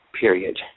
period